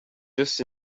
just